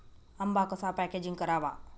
आंबा कसा पॅकेजिंग करावा?